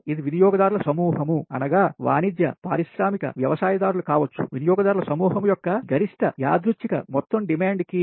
ఇది వినియోగదారుల సమూహం అనగా వాణిజ్య పారిశ్రామిక వ్యవసాయదారులు కావచ్చు వినియోగదారుల సమూహం యొక్క గరిష్ట యాదృచ్ఛిక మొత్తం డిమాండ్ కి